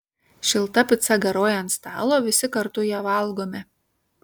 šilta pica garuoja ant stalo visi kartu ją valgome